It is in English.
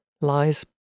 lies